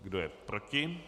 Kdo je proti?